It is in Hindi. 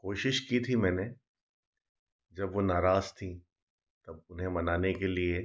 कोशिश की थी मैंने जब वो नाराज़ थीं तब उन्हें मनाने के लिए